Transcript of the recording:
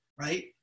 Right